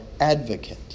advocate